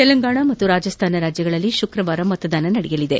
ತೆಲಂಗಾಣ ಮತ್ತು ರಾಜಸ್ಥಾನದಲ್ಲಿ ಶುಕ್ರವಾರ ಮತದಾನ ನಡೆಯಲಿದೆ